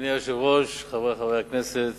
אדוני היושב-ראש, חברי חברי הכנסת,